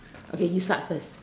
okay you start first